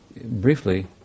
briefly